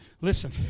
listen